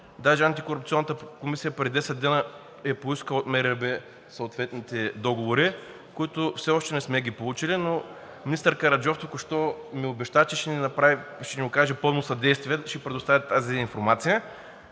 Даже Антикорупционната комисия преди десет дни е поискала от МРРБ съответните договори, които все още не сме ги получили, но министър Караджов току-що ми обеща, че ще ни окаже пълно съдействие и ще предоставят тази информация,